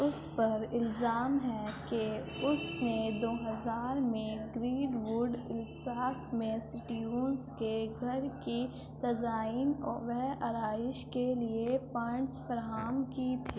اس پر الزام ہے کہ اس نے دو ہزار میں گریڈ ووڈ الساک میں سٹیونز کے گھر کی تزئین و آرائش کے لیے فنڈز فراہم کی تھی